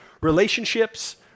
Relationships